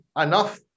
enough